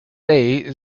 day